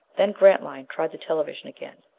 then grantline tried the television again.